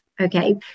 okay